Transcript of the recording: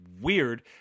weird